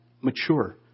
mature